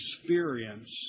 experience